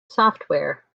software